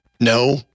No